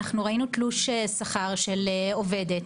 אנחנו ראינו תלוש שכר של עובדת.